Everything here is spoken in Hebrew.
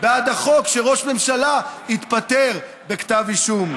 בעד החוק שראש ממשלה יתפטר בכתב אישום.